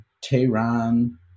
Tehran